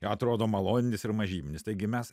jo atrodo maloninis ir mažybinis taigi mes